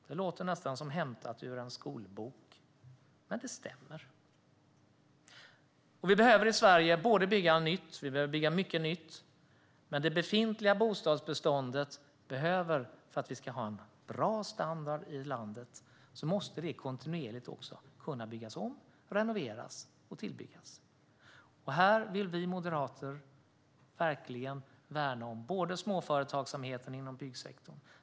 Det låter nästan som hämtat ur en skolbok, men det stämmer. Vi behöver i Sverige bygga mycket nytt, men för att vi ska ha en bra standard i det befintliga bostadsbeståndet i landet måste det kontinuerligt kunna byggas om, renoveras och tillbyggas. Här vill vi moderater verkligen värna om småföretagsamheten inom byggsektorn.